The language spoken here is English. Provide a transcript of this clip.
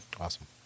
Awesome